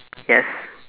yes